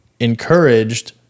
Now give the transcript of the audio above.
encouraged